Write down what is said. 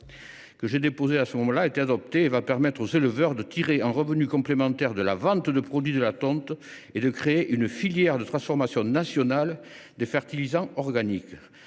que j’ai déposé et qui a été adopté permettra aux éleveurs de tirer un revenu complémentaire de la vente des produits de la tonte et de créer une filière de transformation nationale de fertilisants organiques.